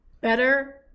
better